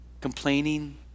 complaining